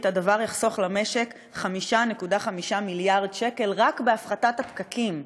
ייחסכו למשק 5.5 מיליארד שקל רק מהפחתת הפקקים,